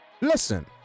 Listen